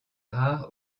rare